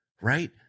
right